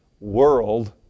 world